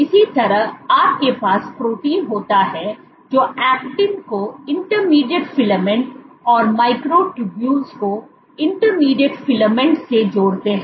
इसी तरह आपके पास प्रोटीन होता है जो ऐक्टिन को इंटरमीडिएट फिलामेंट्स और माइक्रोट्यूब्यूल्स को इंटरमीडिएट फिलामेंट्स से जोड़ते हैं